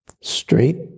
straight